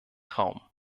traum